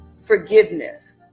forgiveness